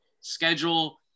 schedule